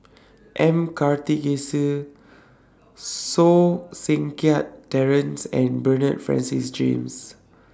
M Karthigesu So Seng Kiat Terence and Bernard Francis James